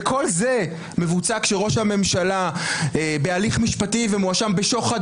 כל זה מבוצע כאשר ראש הממשלה בהליך משפטי ומואשם בשוחד,